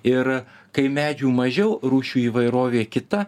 ir kai medžių mažiau rūšių įvairovė kita